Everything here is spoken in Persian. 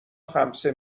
خمسه